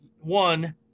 one